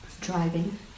driving